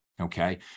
Okay